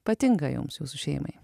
patinka jums jūsų šeimai